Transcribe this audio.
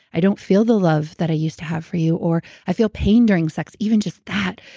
i don't feel the love that i used to have for you. or, i feel pain during sex. even just that,